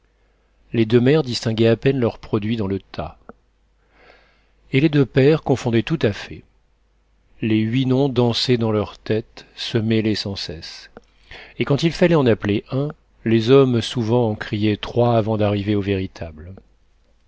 les deux mères distinguaient à peine leurs produits dans le tas et les deux pères confondaient tout à fait les huit noms dansaient dans leur tête se mêlaient sans cesse et quand il fallait en appeler un les hommes souvent en criaient trois avant d'arriver au véritable